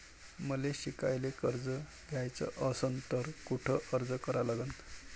मले शिकायले कर्ज घ्याच असन तर कुठ अर्ज करा लागन?